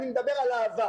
אבל אני מדבר על העבר.